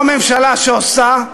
לא ממשלה שעושה,